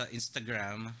Instagram